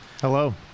Hello